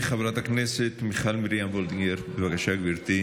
חברת הכנסת מיכל מרים וולדיגר, בבקשה, גברתי.